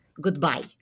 Goodbye